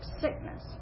sickness